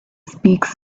speaks